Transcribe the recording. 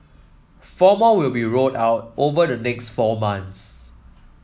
four more will be rolled out over the next four months